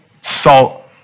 salt